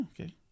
Okay